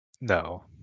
No